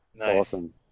Awesome